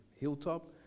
hilltop